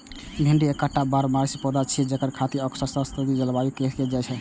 भिंडी एकटा बारहमासी पौधा छियै, जेकर खेती अक्सर समशीतोष्ण जलवायु मे कैल जाइ छै